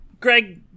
Greg